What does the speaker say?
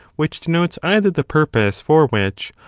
which denotes either the purpose for which,